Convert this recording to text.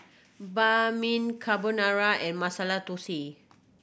Banh Mi Carbonara and Masala Dosa